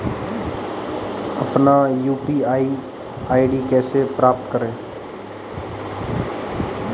अपना UPI ID कैसे प्राप्त करें?